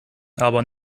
aber